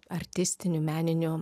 artistiniu meniniu